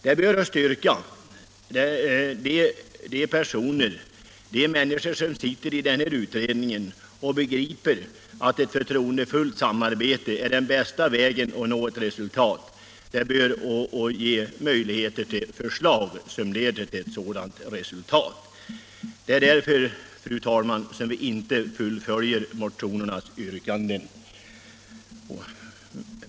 Det bör vara en styrka, eftersom det i utredningen finns praktiska människor som begriper att ett förtroendefullt samarbete är den bästa vägen att nå ett gott resultat. Förfaringssättet bör därför ge möjligheter till förslag, som leder till ett sådant resultat. Därför, fru talman, fullföljer vi inte motionernas yrkanden.